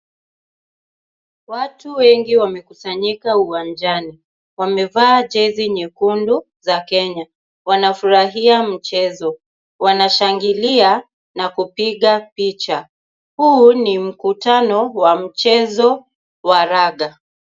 Watu wengi wamekusanyika uwanjani. Wamevaa jezi nyekundu za Kenya. Wanafurahia mchezo. Wanashangilia na kupiga picha. Huu ni mkutano wa mchezo wa raga.